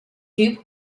dew